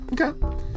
Okay